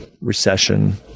recession